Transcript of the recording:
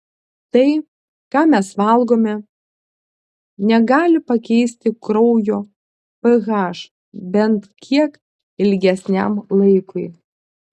tai ką mes valgome negali pakeisti kraujo ph bent kiek ilgesniam laikui